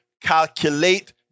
calculate